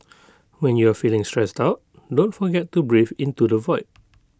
when you are feeling stressed out don't forget to breathe into the void